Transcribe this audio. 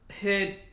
heard